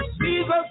Jesus